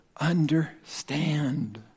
understand